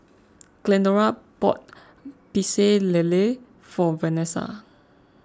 Glendora bought Pecel Lele for Vanesa